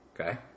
Okay